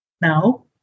Now